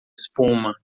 espuma